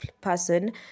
person